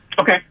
Okay